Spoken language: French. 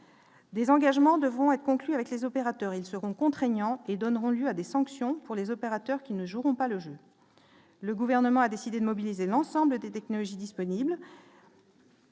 Des engagements devront être conclus avec les opérateurs, ils seront contraignants et donneront lieu à des sanctions pour les opérateurs qui ne joueront pas le jeu, le gouvernement a décidé de mobiliser l'ensemble des technologies disponible.